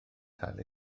cael